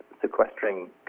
sequestering